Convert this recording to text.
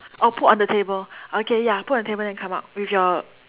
oh put on the table okay ya put on the table then come out with your